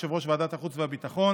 יושב-ראש ועדת החוץ והביטחון,